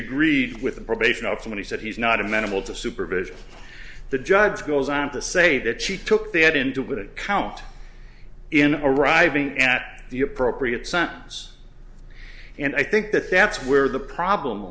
agreed with the probation officer when he said he's not amenable to supervision the judge goes on to say that she took that into wouldn't count in arriving at the appropriate sentence and i think that that's where the problem